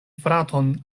fraton